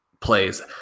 plays